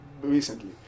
recently